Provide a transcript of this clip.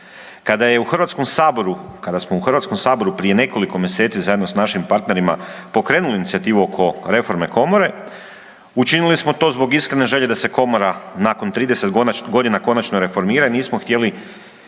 ukidanju obvezne članarine. Kada smo u HS-u prije nekoliko mjeseci zajedno s našim partnerima pokrenuli inicijativu oko reforme komore učinili smo to zbog iskrene želje da se komora nakon 30 godina konačno reformira i nismo htjeli